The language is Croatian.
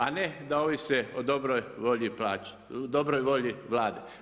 A ne da ovise o dobroj volji Vlade.